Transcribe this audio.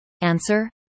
Answer